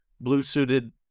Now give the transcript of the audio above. blue-suited